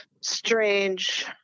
strange